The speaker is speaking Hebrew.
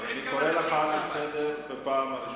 אני קורא אותך לסדר פעם ראשונה.